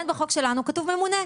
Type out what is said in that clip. שלנו כתוב ממונה.